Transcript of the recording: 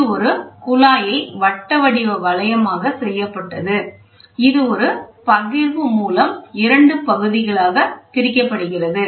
இது ஒரு குழாயை வட்ட வடிவ வளையமாக செய்யப்பட்டது இது ஒரு பகிர்வு மூலம் இரண்டு பகுதிகளாக பிரிக்கப்படுகிறது